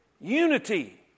Unity